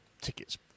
tickets